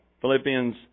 Philippians